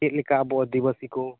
ᱪᱮᱫ ᱞᱮᱠᱟ ᱟᱵᱚ ᱟᱹᱫᱤᱵᱟᱹᱥᱤ ᱠᱚ